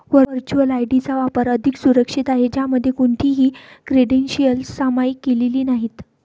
virtual ID चा वापर अधिक सुरक्षित आहे, ज्यामध्ये कोणतीही क्रेडेन्शियल्स सामायिक केलेली नाहीत